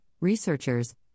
researchers